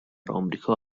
امریکا